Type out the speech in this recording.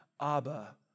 Abba